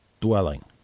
dwelling